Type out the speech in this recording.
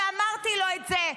ואמרתי לו את זה,